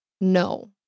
no